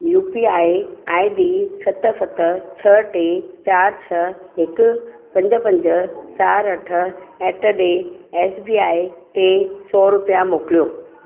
U P I I D सत सत छह टे चारि छह हिकु पंज पंज चारि अठ at the S B I ते सौ रुपिया मोकिलियो